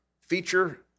feature